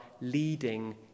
leading